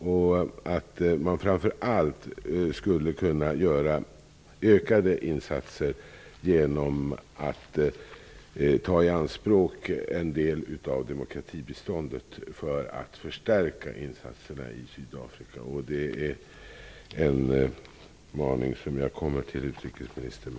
Man skulle framför allt kunna ta i anspråk en del av demokratibiståndet för att förstärka insatserna i Sydafrika. Det är en maning som jag kommer med till utrikesministern.